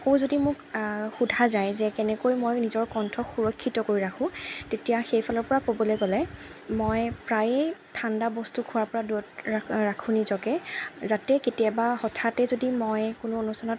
আকৌ যদি মোক সুধা যায় যে কেনেকৈ মই নিজৰ কণ্ঠ সুৰক্ষিত কৰি ৰাখোঁ তেতিয়া সেইফালৰপৰা ক'বলে গ'লে মই প্ৰায়ে ঠাণ্ডা বস্তু খুৱাৰপৰা দূৰত ৰাখোঁ নিজকে যাতে কেতিয়াবা হঠাতে যদি মই কোনো অনুষ্ঠানত